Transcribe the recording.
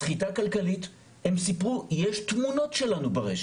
סחיטה כלכלית, הן אמרו: יש תמונות שלנו ברשת,